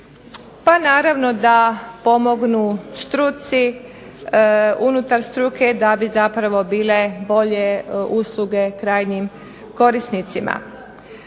pa naravno da pomognu struci, unutar struke, da bi zapravo bile bolje usluge krajnjim korisnicima.